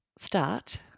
start